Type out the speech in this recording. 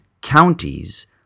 counties